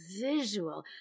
visual